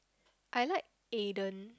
I like Aiden